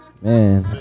Man